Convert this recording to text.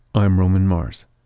i'm roman mars